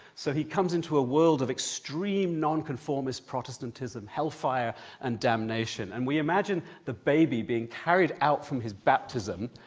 so he comes into a world of extreme non-conformist protestantism, hellfire and damnation. and we imagine the baby being carried out from his baptism,